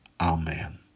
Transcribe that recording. Amen